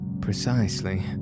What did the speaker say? Precisely